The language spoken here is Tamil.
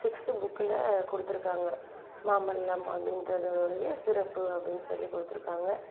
சிக்ஸ்த் புக்கில் கொடுத்துருக்காங்க மாமல்லம் அப்படின்றதோடைய சிறப்பு அப்படினு சொல்லி கொடுத்துருக்காங்க